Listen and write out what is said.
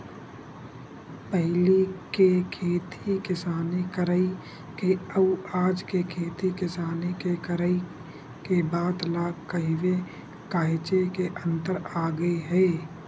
पहिली के खेती किसानी करई के अउ आज के खेती किसानी के करई के बात ल कहिबे काहेच के अंतर आगे हे